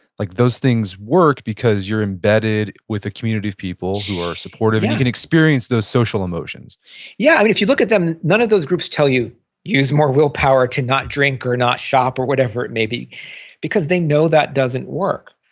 like those things work because you're embedded with a community of people who are supportive and you can experience those social emotions yeah. if you look at them, none of those groups tell you use more willpower to not drink or not shop or whatever it may be because they know that doesn't work.